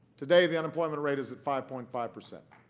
today the unemployment rate is at five point five percent.